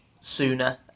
sooner